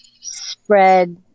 spread